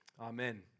amen